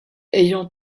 ayant